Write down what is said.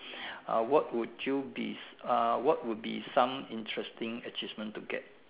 uh what would you be uh what would be some interesting achievement to get